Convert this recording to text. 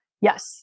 Yes